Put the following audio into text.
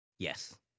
Yes